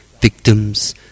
Victims